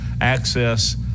access